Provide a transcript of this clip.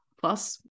Plus